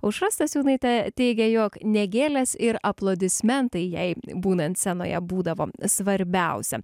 aušra stasiūnaitė teigė jog ne gėlės ir aplodismentai jai būnant scenoje būdavo svarbiausia